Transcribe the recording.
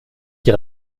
die